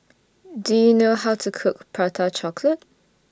Do YOU know How to Cook Prata Chocolate